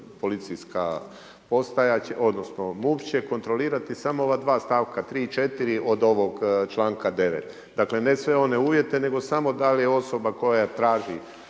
policijska postaja, odnosno MUP će kontrolirati samo ova dva stavka 3. i 4. od ovog čl. 9. Dakle, ne sve one uvjete nego samo da li je osoba koja traži